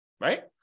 Right